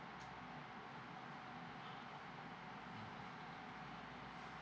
mm